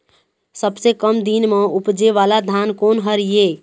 सबसे कम दिन म उपजे वाला धान कोन हर ये?